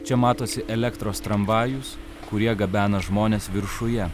čia matosi elektros tramvajus kurie gabena žmones viršuje